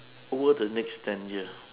over the next ten years